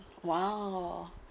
!wow!